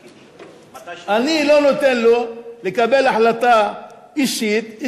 אני לא נותן לו לקבל החלטה אישית,